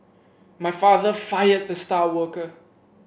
my father fired the star worker